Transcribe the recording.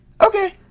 okay